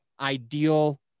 ideal